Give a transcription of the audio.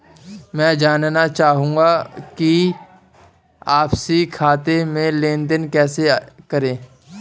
मैं जानना चाहूँगा कि आपसी खाते में लेनदेन कैसे करें?